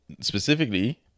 specifically